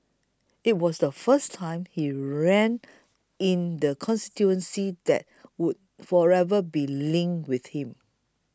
it was the first time he ran in the constituency that would forever be linked with him